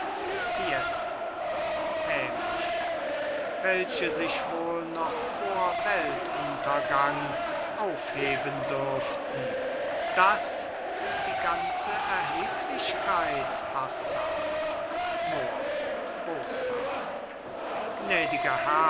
hämisch welche sich wohl noch vor weltuntergang aufheben dürften das die ganze erheblichkeit hassan mohr boshaft gnädiger